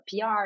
pr